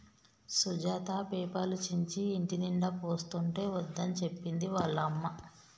సుజాత పేపర్లు చించి ఇంటినిండా పోస్తుంటే వద్దని చెప్పింది వాళ్ళ అమ్మ